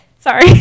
Sorry